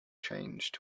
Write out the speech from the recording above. changed